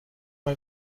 mal